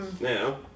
now